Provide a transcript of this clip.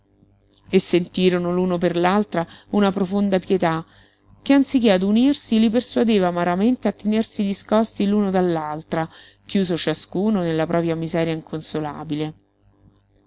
e sentirono l'uno per l'altra una profonda pietà che anziché ad unirsi li persuadeva amaramente a tenersi discosti l'uno dall'altra chiuso ciascuno nella propria miseria inconsolabile